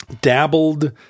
dabbled